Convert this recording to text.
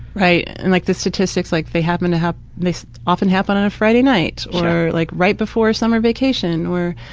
right, and like the statistics, like they happen to have, they often happen on a friday night, or like right before summer vacation, or,